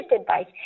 advice